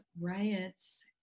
riots